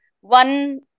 one